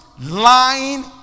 lying